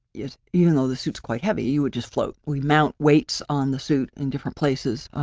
yeah even though the suits quite heavy, you would just float. we mount weights on the suit in different places,